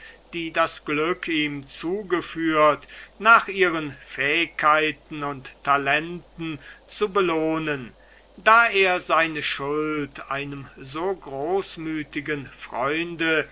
die das glück ihm zugeführt nach ihren fähigkeiten und talenten zu belohnen da er seine schuld einem so großmütigen freunde